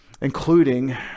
including